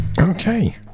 Okay